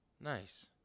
Nice